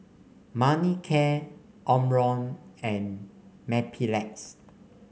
Manicare Omron and Mepilex